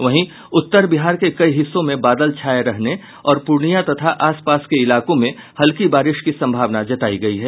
वहीं उत्तर बिहार के कई हिस्सों में बादल छाये रहने और पूर्णियां तथा आसपास के इलाकों में हल्की बारिश की सम्भावना जतायी गयी है